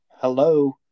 Hello